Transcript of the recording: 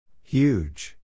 Huge